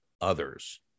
others